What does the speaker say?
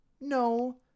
No